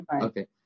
Okay